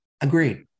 Agreed